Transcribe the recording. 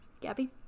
Gabby